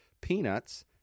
peanuts